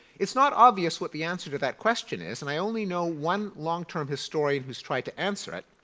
it's not obvious what the answer to that question is and i only know one long-term historian who has tried to answer it.